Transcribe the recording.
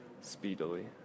speedily